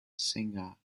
singer